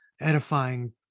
edifying